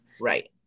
right